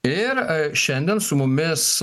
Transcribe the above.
ir šiandien su mumis